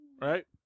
Right